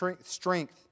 strength